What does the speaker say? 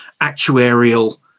actuarial